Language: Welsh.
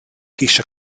geisio